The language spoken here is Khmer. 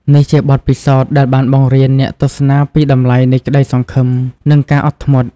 នេះជាបទពិសោធន៍ដែលបានបង្រៀនអ្នកទស្សនាពីតម្លៃនៃក្តីសង្ឃឹម និងការអត់ធ្មត់។